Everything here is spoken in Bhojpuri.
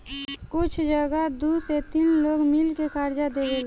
कुछ जगह दू से तीन लोग मिल के कर्जा देवेला